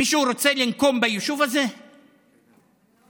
מישהו רוצה לנקום ביישוב הזה, בטירה?